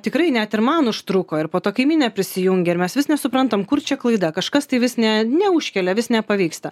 tikrai net ir man užtruko ir po to kaimynė prisijungė ir mes vis nesuprantam kur čia klaida kažkas tai vis ne neužkelia vis nepavyksta